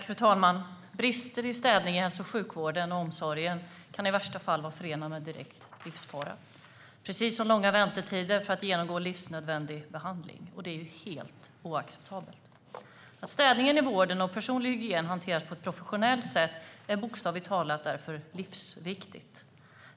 Fru talman! Brister i städningen inom hälso och sjukvården och omsorgen kan i värsta fall vara förenat med direkt livsfara, precis som långa väntetider för att genomgå livsnödvändig behandling. Det är helt oacceptabelt. Att städning och personlig hygien i vården hanteras på ett professionellt sätt är därför bokstavligt talat livsviktigt.